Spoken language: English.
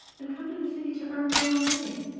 and come to the city to earn her own living.